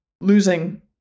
losing